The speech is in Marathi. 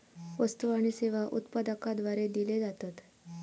वस्तु आणि सेवा उत्पादकाद्वारे दिले जातत